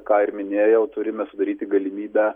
ką ir minėjau turime sudaryti galimybę